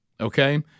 Okay